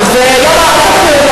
אל תקלקל,